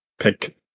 pick